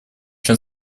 чем